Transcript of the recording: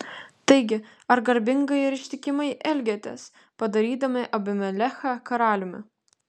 taigi ar garbingai ir ištikimai elgėtės padarydami abimelechą karaliumi